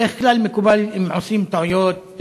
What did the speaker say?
בדרך כלל מקובל, אם עושים טעויות,